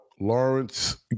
Lawrence